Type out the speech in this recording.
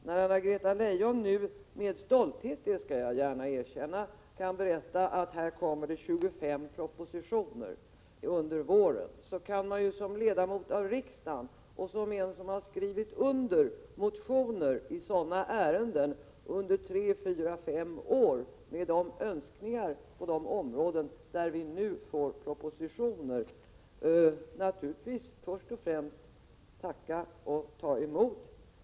När Ann-Greta Leijon nu med stolthet kan berätta att här kommer det 25 propositioner under våren, så kan man som ledamot av riksdagen — och som en av dem som har skrivit under motioner i sådana här ärenden i tre, fyra eller fem år i rad med önskningar på de områden där vi nu får propositioner — naturligtvis först och främst tacka och ta emot.